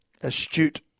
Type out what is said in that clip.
astute